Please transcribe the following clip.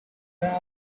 i—i